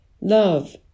love